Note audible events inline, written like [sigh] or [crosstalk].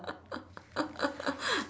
[laughs]